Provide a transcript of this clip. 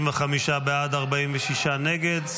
55 בעד, 46 נגד.